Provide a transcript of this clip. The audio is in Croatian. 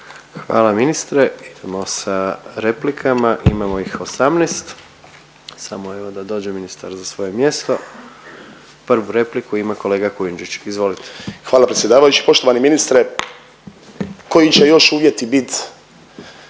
Hvala ministre. Idemo sa replikama, imamo ih 18. Samo evo, da dođe ministar za svoje mjesto. Prvu repliku ima kolega Kujundžić, izvolite. **Kujundžić, Ante (MOST)** Hvala predsjedavajući, poštovani ministre. Koji će još uvjeti bit